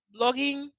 blogging